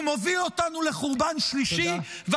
הוא מוביל אותנו לחורבן שלישי,